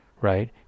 right